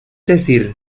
decir